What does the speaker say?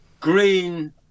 green